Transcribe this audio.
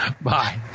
Bye